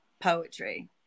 poetry